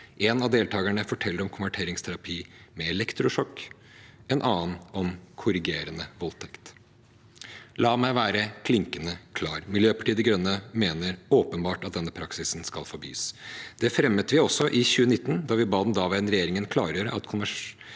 En av deltakerne forteller om konverteringsterapi med elektrosjokk, en annen om korrigerende voldtekt. La meg være klinkende klar: Miljøpartiet De Grønne mener åpenbart at denne praksisen skal forbys. Det fremmet vi også i 2019, da vi ba den daværende regjeringen klargjøre at konverteringsterapi